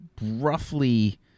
roughly